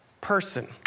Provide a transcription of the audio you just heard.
person